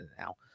now